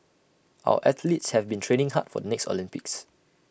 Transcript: our athletes have been training hard for the next Olympics